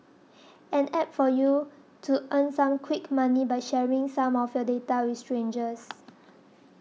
an App for you to earn some quick money by sharing some of your data with strangers